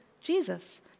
Jesus